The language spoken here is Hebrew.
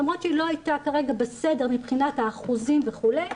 למרות שהיא לא הייתה כרגע בסדר מבחינת האחוזים וכולי,